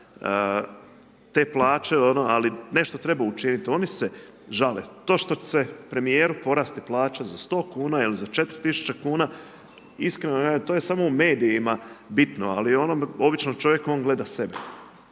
te plaće ali nešto treba učiniti. Oni se žale. To što će premijeru porasti plaća za 100 kn ili za 4000, iskreno to je samo medijima bitno ali onom običnom čovjeku, on gleda sebe.